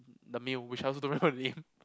the male which I also don't remember the name